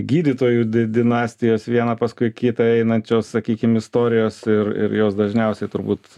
gydytojų dinastijos viena paskui kitą einančios sakykim istorijos ir ir jos dažniausiai turbūt